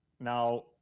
now